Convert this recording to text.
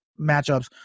matchups